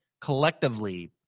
collectively